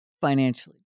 financially